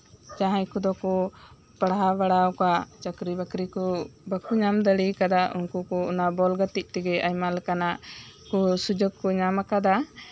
ᱡᱟᱦᱟᱸᱭ ᱠᱚᱫᱚ ᱠᱚ ᱯᱟᱲᱦᱟᱣ ᱵᱟᱲᱟᱣ ᱠᱟᱜ ᱪᱟᱠᱨᱤᱼᱵᱟᱠᱨᱤ ᱠᱚ ᱵᱟᱠᱚ ᱧᱟᱢ ᱫᱟᱲᱮ ᱟᱠᱟᱫ ᱩᱱᱠᱩ ᱠᱚ ᱚᱱᱟ ᱵᱚᱞ ᱜᱟᱛᱮᱜ ᱛᱮᱜᱮ ᱟᱭᱢᱟ ᱞᱮᱠᱟᱱᱟᱜ ᱠᱚ ᱥᱩᱡᱳᱜᱽ ᱠᱚ ᱧᱟᱢᱟᱠᱟᱫᱟ